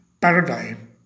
paradigm